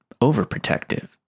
overprotective